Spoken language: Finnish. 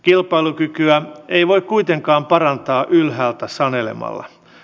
kilpailukykyä ei voi kuitenkaan parantaa ylhäältä sanelemalla